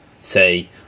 say